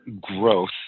growth